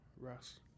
rest